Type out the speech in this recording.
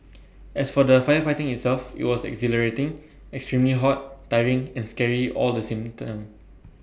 as for the firefighting itself IT was exhilarating extremely hot tiring and scary all the same time